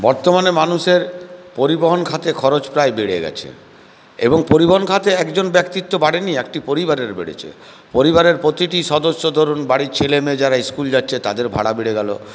বর্তমানে মানুষের পরিবহন খাতে খরচ প্রায় বেড়ে গেছে এবং পরিবহন খাতে একজন ব্যক্তির তো বাড়েনি এটি পরিবারের বেড়েছে পরিবারের প্রতিটি সদস্য ধরুন বাড়ির ছেলে মেয়ে যারা ইস্কুল যাচ্ছে তাদের ভাড়া বেড়ে গেল